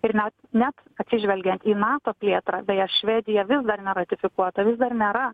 ir net net atsižvelgiant į nato plėtrą beje švedija vis dar neratifikuota vis dar nėra